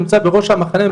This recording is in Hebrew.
נמצא בראש המחנה,